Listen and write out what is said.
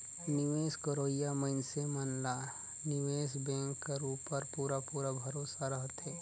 निवेस करोइया मइनसे मन ला निवेस बेंक कर उपर पूरा पूरा भरोसा रहथे